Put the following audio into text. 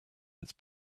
its